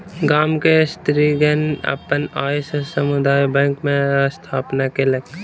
गाम के स्त्रीगण अपन आय से समुदाय बैंक के स्थापना केलक